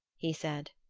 he said.